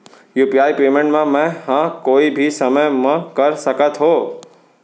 UPI payment का मैं ह कोई भी समय म कर सकत हो?